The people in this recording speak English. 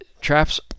traps